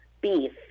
beef